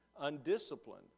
undisciplined